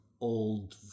old